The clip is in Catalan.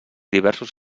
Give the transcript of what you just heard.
diversos